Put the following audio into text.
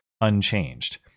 unchanged